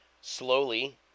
slowly